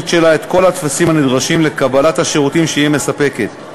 שלה את כל הטפסים הנדרשים לקבלת השירותים שהיא מספקת.